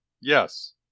Yes